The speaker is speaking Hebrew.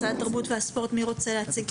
משרד התרבות והספורט, מי רוצה להציג?